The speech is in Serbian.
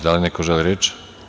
Da li neko želi reč?